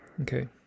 Okay